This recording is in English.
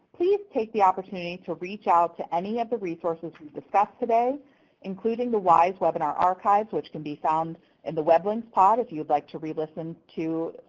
please take the opportunity to reach out to any of the resources we've discussed today including the wise webinar archives which can be found in the weblinks pod if you would like to re-listen to